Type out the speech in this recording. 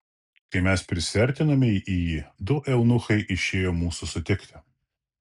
kai mes prisiartinome į jį du eunuchai išėjo mūsų sutikti